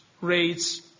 rates